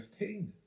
15